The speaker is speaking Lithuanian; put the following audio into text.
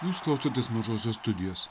jūs klausotės mažosios studijos